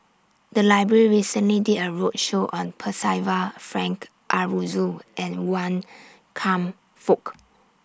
The Library recently did A roadshow on Percival Frank Aroozoo and Wan Kam Fook